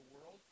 world